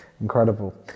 Incredible